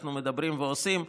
אנחנו מדברים ועושים,